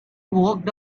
walked